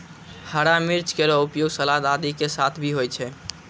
हरा मिर्च केरो उपयोग सलाद आदि के साथ भी होय छै